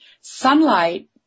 sunlight